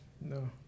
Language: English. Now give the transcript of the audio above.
No